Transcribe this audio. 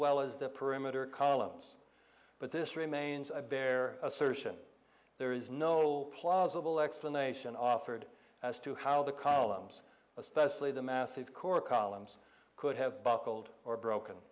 well as the perimeter columns but this remains a bare assertion there is no plausible explanation offered as to how the columns especially the massive core columns could have buckled or broken